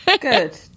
Good